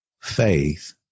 faith